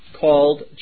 called